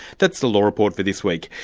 that's the law report for this week.